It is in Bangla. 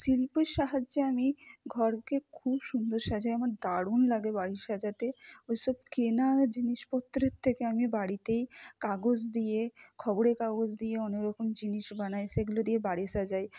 শিল্পের সাহায্যে আমি ঘরকে খুব সুন্দর সাজাই শিল্পের সাহায্যে আমি ঘরকে খুব সুন্দর সাজাই আমার দারুণ লাগে বাড়ি সাজাতে ওই সব কেনা জিনিসপত্রের থেকে আমি বাড়িতেই কাগজ দিয়ে খবরে কাগজ দিয়ে অনেক রকম জিনিস বানাই সেগুলো দিয়ে বাড়ি সাজাই ই আমার দারুণ লাগে বাড়ি সাজাতে ওই সব কেনা জিনিসপত্রের থেকে আমি বাড়িতেই কাগজ দিয়ে খবরে কাগজ দিয়ে অনেক রকম জিনিস বানাই সেগুলো দিয়ে বাড়ি সাজাই